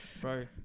Bro